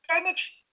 energy